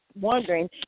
wondering